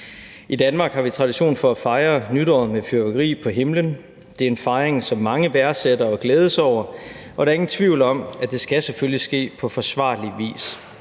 I Danmark har vi tradition for at fejre nytåret med fyrværkeri på himlen. Det er en fejring, som mange værdsætter og glæder sig over, og der er ingen tvivl om, at det selvfølgelig skal ske på forsvarlig vis.